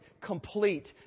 complete